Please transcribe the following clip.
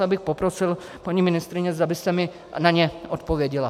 Já bych poprosil, paní ministryně, zda byste mi na ně odpověděla.